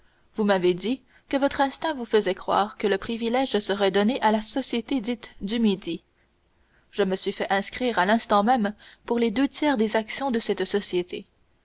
vous m'avez dit que votre instinct vous faisait croire que le privilège serait donné à la société dite du midi je me suis fait inscrire à l'instant même pour les deux tiers des actions de cette société